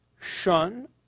shun